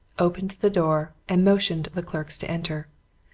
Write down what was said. opened the door, and motioned the clerks to enter.